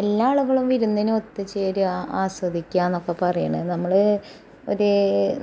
എല്ലാ ആളുകളും വിരുന്നിനൊത്ത് ചേര്വാ ആസ്വദിക്കുക എന്നൊക്കെ പറയണത് നമ്മൾ ഒരു